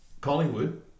Collingwood